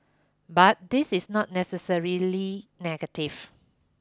but this is not necessarily negative